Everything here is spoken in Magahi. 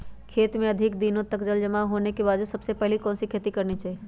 खेत में अधिक दिनों तक जल जमाओ होने के बाद सबसे पहली कौन सी खेती करनी चाहिए?